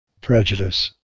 Prejudice